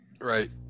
Right